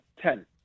Ten